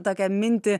tokią mintį